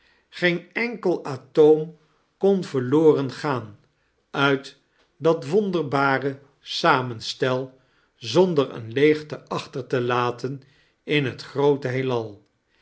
geen enkel atoom kon verloren gaan uit dat womderbar samenstel bonder een leegte achter te laten in het groote heelal